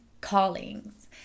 callings